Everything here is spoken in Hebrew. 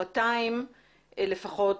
ה-200 לפחות,